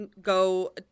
go